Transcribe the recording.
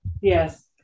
Yes